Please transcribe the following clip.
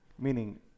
meaning